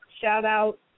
shout-out